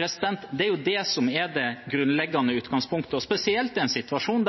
Det er det som er det grunnleggende utgangspunktet, og spesielt i en situasjon der